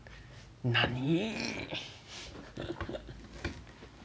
eh nani